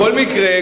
בכל מקרה,